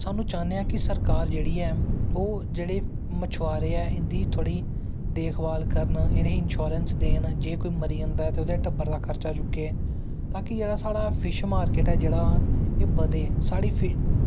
स्हानू चाह्नें आं कि सरकार जेह्ड़ी ओह् मछवारे ऐं इंदी थोह्ड़ी देखभाल करन इनेंगी इंशोरैंस देन इंदा कोई मरी जंदा तां इंदे टब्बर दा खर्चा चुक्के ताकि साढ़ा जेह्ड़ा फिश मार्किट ऐ जेह्ड़ा एह् बदे साढ़ी फिश